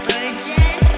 Burgess